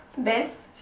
then